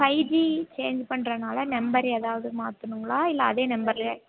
five G change பண்றதனால number ஏதாவது மாற்றணுங்களா இல்லை அதே நம்பர்ல